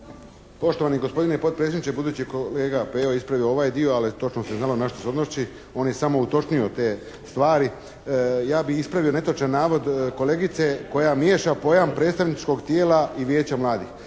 Poštovani gospodine potpredsjedniče. Budući je kolega Pejo ispravio ovaj dio, ali točno se znalo na što se odnosi on je samo utočnio te stvari. Ja bih ispravio netočan navod kolegice koja miješa pojam predstavničkog tijela i Vijeća mladih.